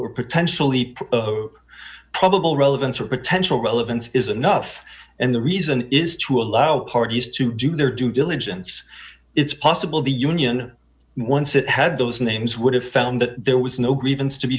or potentially put probable relevance or potential relevance is enough and the reason is to allow parties to do their due diligence it's possible the union once it had those names would have found that there was no grievance to be